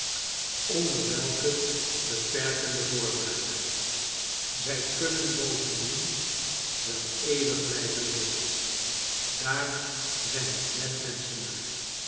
onder welke beperkende voorwaarden zij kunnen bovendien wel eeuwig blijven leven daar zijn t net